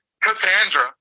Cassandra